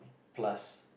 plus